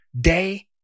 day